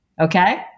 Okay